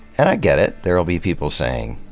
and i get it. there'll be people saying,